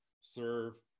serve